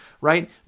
right